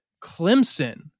Clemson